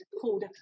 called